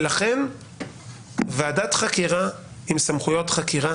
ולכן ועדת חקירה עם סמכויות חקירה